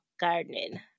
gardening